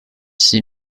six